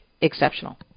exceptional